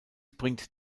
bringt